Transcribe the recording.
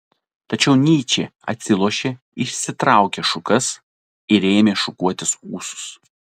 tačiau nyčė atsilošė išsitraukė šukas ir ėmė šukuotis ūsus